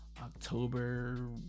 October